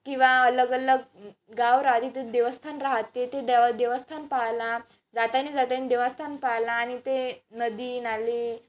किंवा अलग अलग गाव राह देवस्थान राहते ते देव देवस्थान पाहाला जाताना जाताना देवस्थान पाहायला आणि ते नदी नाली